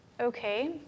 Okay